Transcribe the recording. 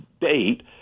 date